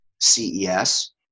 CES